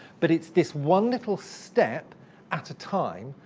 but it's this one little step at a time,